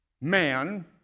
man